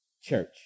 church